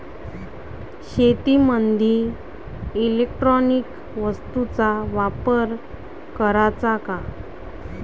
शेतीमंदी इलेक्ट्रॉनिक वस्तूचा वापर कराचा का?